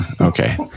Okay